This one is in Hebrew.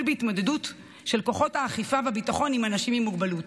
בהתמודדות של כוחות האכיפה והביטחון עם אנשים עם מוגבלות.